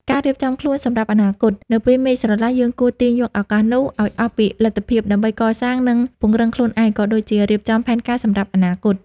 ការរៀបចំខ្លួនសម្រាប់អនាគត នៅពេលមេឃស្រឡះ យើងគួរទាញយកឱកាសនោះឲ្យអស់ពីលទ្ធភាព ដើម្បីកសាង និងពង្រឹងខ្លួនឯង ក៏ដូចជារៀបចំផែនការសម្រាប់អនាគត។